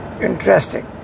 interesting